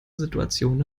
situation